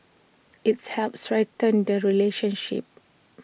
its helps strengthen the relationship